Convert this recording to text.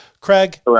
Craig